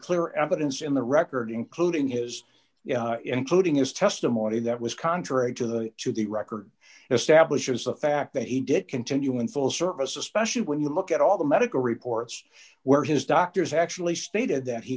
clear evidence in the record including his including his testimony that was contrary to the to the record establishes the fact that he did continue in full service especially when you look at all the medical reports where his doctors actually stated that he